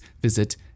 visit